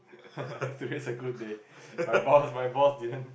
today is a good day my boss my boss then